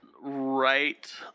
Right